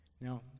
Now